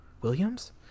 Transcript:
Williams